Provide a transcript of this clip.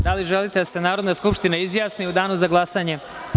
Da li želite da se Narodna skupština izjasni u danu za glasanje?